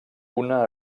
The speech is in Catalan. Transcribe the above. una